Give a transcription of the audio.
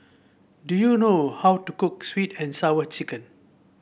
do you know how to cook sweet and Sour Chicken